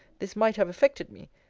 this might have affected me.